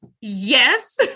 Yes